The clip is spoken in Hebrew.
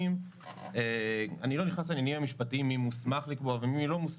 אני לא נכנס לעניינים המשפטיים מי מוסמך לקבוע ומי לא,